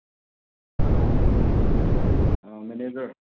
hello manager